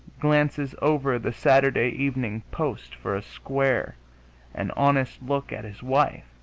glances over the saturday evening post for a square and honest look at his wife